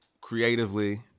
creatively